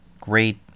Great